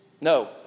No